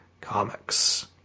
comics